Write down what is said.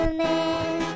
man